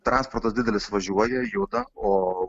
transportas didelis važiuoja juda o